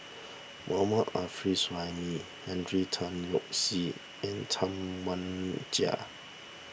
Mohammad Arif Suhaimi Henry Tan Yoke See and Tam Wai Jia